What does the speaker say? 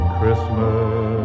Christmas